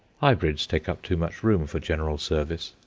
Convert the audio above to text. hybrids take up too much room for general service.